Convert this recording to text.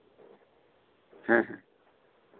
ᱦᱮᱸ ᱦᱮᱸ